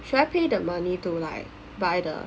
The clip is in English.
should I pay the money to like buy the